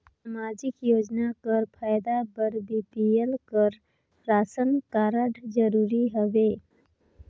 समाजिक योजना कर फायदा बर बी.पी.एल कर राशन कारड जरूरी हवे?